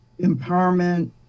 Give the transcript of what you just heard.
empowerment